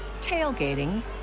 tailgating